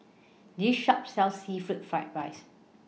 This Shop sells Seafood Fried Rice